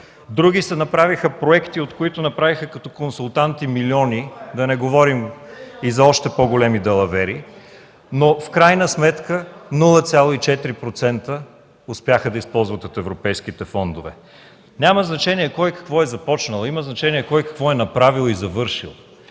други си направиха проекти, от които направиха като консултанти милиони, да не говорим и за още по-големи далавери. Но в крайна сметка успяха да използват от европейските фондове 0,4%. Няма значение кой какво е започнал, има значение кой какво е направил и завършил.